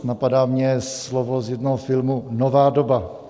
Napadá mě slovo z jednoho filmu nová doba.